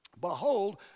Behold